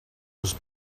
was